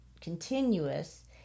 continuous